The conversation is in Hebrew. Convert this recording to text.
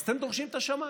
אז אתם דורשים את השמיים.